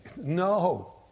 No